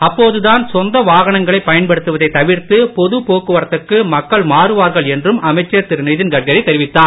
அப்போதுதான் சொந்த வாகனங்களை பயன்படுத்துவதைத் தவிர்த்து பொது போக்குவரத்துக்கு மக்கள் மாறுவார்கள் என்றும் அமைச்சர் திரு நிதின்கட்கரி தெரிவித்தார்